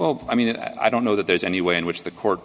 i mean i don't know that there's any way in which the court